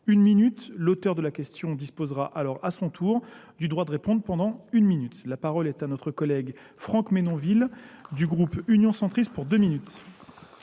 une minute. L'auteur de la question disposera alors à son tour du droit de répondre pendant une minute. La parole est à notre collègue Franck Ménonville du groupe Union Centrise pour deux minutes.